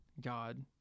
God